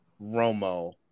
Romo